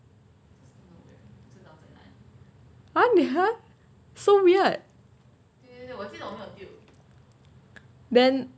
!huh! 你 !huh! so weird that wasn't then